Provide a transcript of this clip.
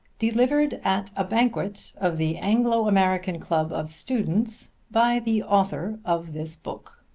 delivered at a banquet of the anglo-american club of students by the author of this book